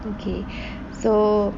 okay so